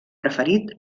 preferit